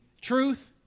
truth